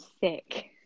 sick